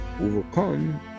overcome